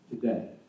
today